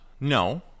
No